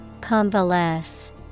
Convalesce